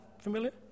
familiar